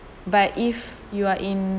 but if you are in